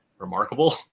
remarkable